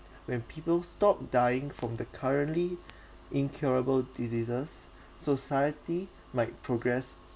when people stop dying from the currently incurable diseases society might progress